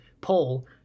poll